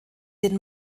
den